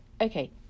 Okay